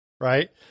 right